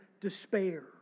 despair